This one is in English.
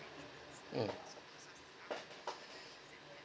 mm